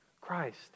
Christ